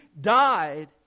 died